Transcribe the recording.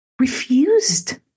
Refused